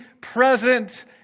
present